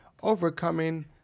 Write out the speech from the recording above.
overcoming